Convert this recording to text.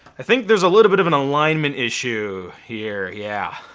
i think there's a little bit of an alignment issue here. yeah.